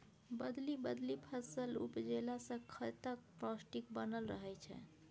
बदलि बदलि फसल उपजेला सँ खेतक पौष्टिक बनल रहय छै